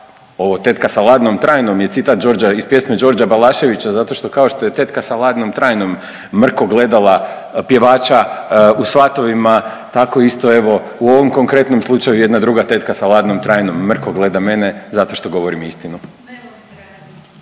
ovo tetka sa ladnom trajnom je citat Đorđa, iz pjesme Đorđa Balešavića zato što, kao što je tetka sa ladnom trajnom mrko gledala pjevača u svatovima tako isto evo u ovom konkretnom slučaju jedna druga tetka sa ladnom trajnom mrko gleda mene zato što govorim istinu.